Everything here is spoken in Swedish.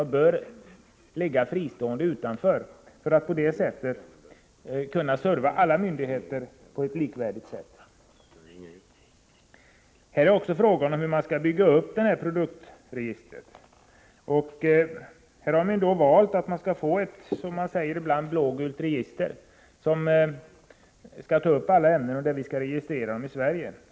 Den bör vara fristående och ligga utanför myndigheten för att kunna ge service till alla myndigheter på ett likvärdigt sätt. Det handlar också om hur man skall bygga upp produktregistret. Det har valt att försöka åstadkomma ett blågult register som skall ta upp alla ämnen, och vi skall registrera dem i Sverige.